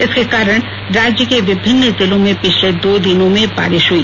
इसके कारण राज्य के विभिन्न जिलों में पिछले दो दिनों बारिश हुई